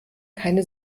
keine